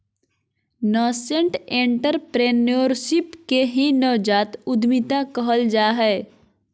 nascent entrepreneurship के ही नवजात उद्यमिता कहल जा हय